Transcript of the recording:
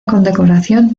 condecoración